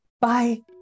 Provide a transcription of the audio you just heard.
Bye